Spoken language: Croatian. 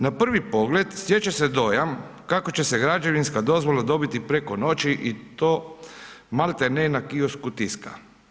Na prvi pogled, stječe se dojam, kako će se građevinska dozvola dobiti preko noći i to maltene na Kiosku tiska.